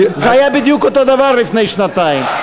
זה היה בדיוק אותו דבר לפני שנתיים,